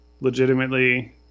legitimately